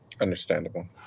understandable